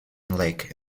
lake